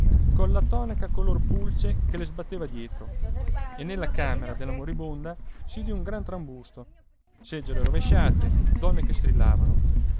macrì colla tonaca color pulce che le sbatteva dietro e nella camera della moribonda si udì un gran trambusto seggiole rovesciate donne che strillavano